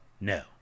no